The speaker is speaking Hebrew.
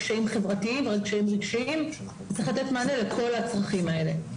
קשיים חברתיים וקשיים רגשיים וצריך לתת מענה לכל הצרכים האלה.